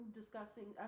discussing